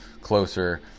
closer